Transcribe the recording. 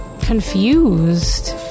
confused